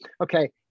Okay